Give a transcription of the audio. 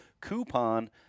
coupon